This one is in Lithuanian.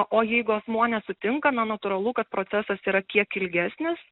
o jeigu asmuo nesutinka na natūralu kad procesas yra kiek ilgesnis